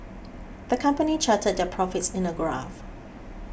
the company charted their profits in a graph